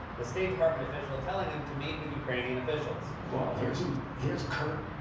the state department official telling him to meet with ukrainian officials. well, here's so here's kurt.